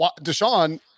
Deshaun